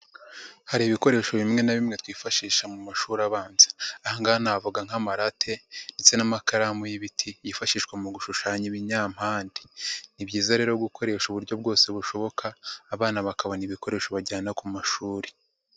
Hari ibikoresho bimwe na bimwe twifashisha mu mashuri abanza, aha ngaha navuga nk'amarate ndetse n'amakaramu y'ibiti yifashishwa mu gushushanya ibinyapande, ni byiza rero gukoresha uburyo bwose bushoboka, abana bakabona ibikoresho bajyana ku mashuri.